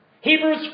Hebrews